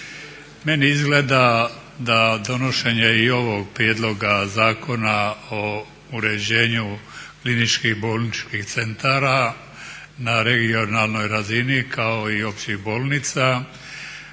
Meni izgleda da donošenje i ovog prijedloga Zakona o uređenju kliničkih bolničkih centara na regionalnoj razini kao i općih bolnica